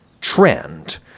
trend